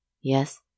yes